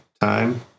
time